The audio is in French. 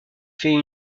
fait